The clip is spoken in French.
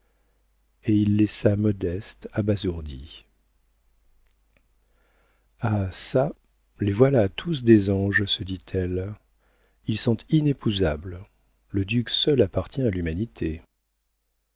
et il laissa modeste abasourdie ah çà les voilà tous des anges se dit-elle ils sont inépousables le duc seul appartient à l'humanité